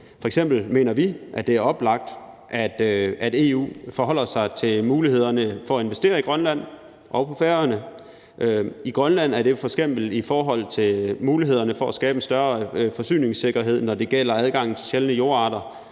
F.eks. mener vi, at det er oplagt, at EU forholder sig til mulighederne for at investere i Grønland og på Færøerne. I Grønland er det jo f.eks. i forhold til mulighederne for at skabe en større forsyningssikkerhed, når det gælder adgangen til sjældne jordarter.